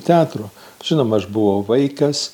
teatru žinoma aš buvau vaikas